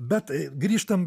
bet grįžtam